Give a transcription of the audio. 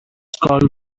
called